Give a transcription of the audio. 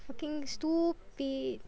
fucking stupid